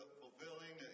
fulfilling